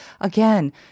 again